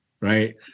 right